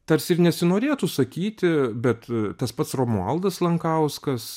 tarsi ir nesinorėtų sakyti bet tas pats romualdas lankauskas